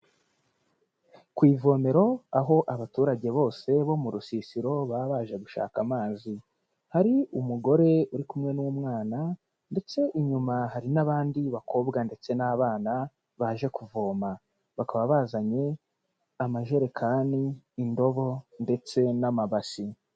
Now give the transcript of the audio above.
ku ivomero aho abaturage bose bo mu rusisiro baba baje gushaka amazi hari umugore uri ndetse inyuma hari n'abandi bakobwa ndetse n'abana baje kuvoma bakaba bazanye amajerekani indobo ndetse n'amabasi.